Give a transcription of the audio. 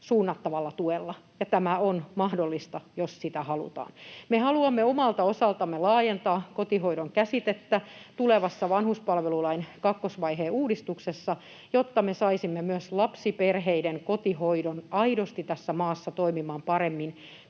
suunnattavalla tuella. Tämä on mahdollista, jos sitä halutaan. Me haluamme omalta osaltamme laajentaa kotihoidon käsitettä tulevassa vanhuspalvelulain kakkosvaiheen uudistuksessa, jotta me saisimme myös lapsiperheiden kotihoidon aidosti tässä maassa toimimaan paremmin